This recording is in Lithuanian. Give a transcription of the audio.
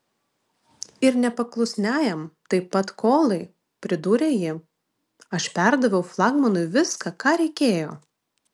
ir nepaklusniajam taip pat kolai pridūrė ji aš perdaviau flagmanui viską ką reikėjo